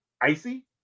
Icy